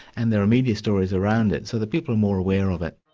and there are media stories around it, so the people are more aware of it.